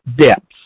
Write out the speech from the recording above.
depths